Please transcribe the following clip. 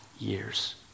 years